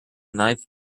knife